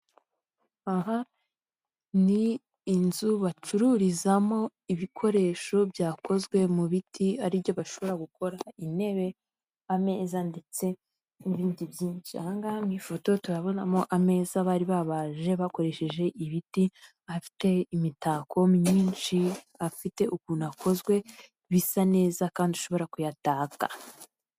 Aha n' inzu bacururizamo ibikoresho byakozwe mu biti ari byo bashobora gukora mu ntebe ,ameza ndetse n'ibindi byinshi ahangaha mu ifoto turabonamo ameza bari babaje bakoresheje ibiti afite imitako myinshi afite ukuntu akozwe bisa neza kandi ushobora kuyataka.